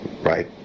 right